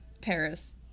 Paris